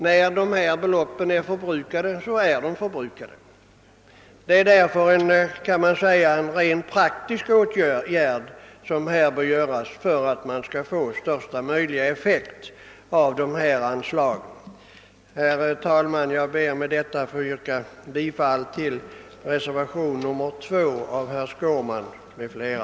När beloppen är förbrukade så är de förbrukade. Man kan därför säga att det här gäller att genomföra en rent praktisk åtgärd för att största möjliga effekt av anslagen skall uppnås. Herr talman! Jag ber att få yrka bifall till reservation 2 av herr Skårman m.fl.